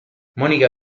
monica